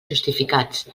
justificats